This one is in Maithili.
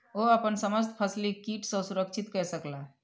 ओ अपन समस्त फसिलक कीट सॅ सुरक्षित कय सकला